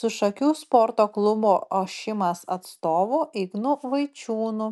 su šakių sporto klubo ošimas atstovu ignu vaičiūnu